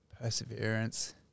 Perseverance